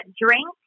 drink